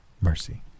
Mercy